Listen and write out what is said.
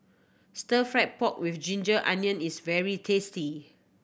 stir fried pork with ginger onion is very tasty